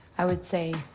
i would say,